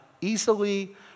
easily